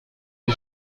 des